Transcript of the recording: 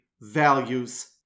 values